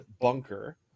bunker